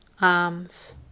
arms